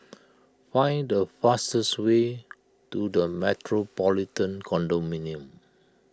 find the fastest way to the Metropolitan Condominium